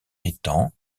étang